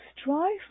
strive